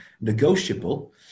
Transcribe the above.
negotiable